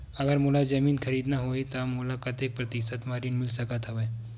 अगर मोला जमीन खरीदना होही त मोला कतेक प्रतिशत म ऋण मिल सकत हवय?